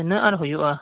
ᱛᱤᱱᱟᱹᱜ ᱟᱨ ᱦᱩᱭᱩᱜᱼᱟ